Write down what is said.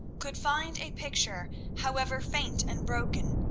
could find a picture, however faint and broken,